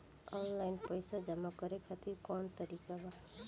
Online पइसा जमा करे खातिर कवन तरीका बा?